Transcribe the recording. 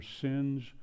sins